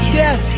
yes